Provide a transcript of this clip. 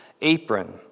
apron